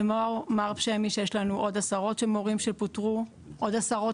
כמו מר פשעמיש יש לנו עוד עשרות של מורים שפוטרו עוד עשרות